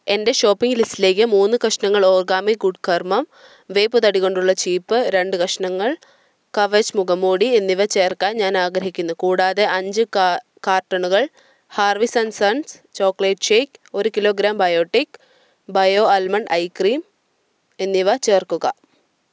എന്റെ ഷോപ്പിങ് ലിസ്റ്റിലേക്ക് മൂന്ന് കഷ്ണങ്ങൾ ഓർഗാമിക് ഗുഡ് കർമ്മ വേപ്പ് തടികൊണ്ടുള്ള ചീപ്പ് രണ്ട് കഷ്ണങ്ങൾ കവച് മുഖമ്മൂടി എന്നിവ ചേർക്കാൻ ഞാനാഗ്രഹിക്കുന്നു കൂടാതെ അഞ്ച് കാ കാർട്ടണുകൾ Harvey son sons chocolate shake ഒരു kilogram biotic bio almond ice cream എന്നിവ ചേർക്കുക